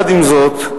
עם זאת,